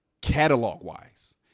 catalog-wise